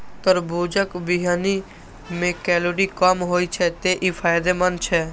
तरबूजक बीहनि मे कैलोरी कम होइ छै, तें ई फायदेमंद छै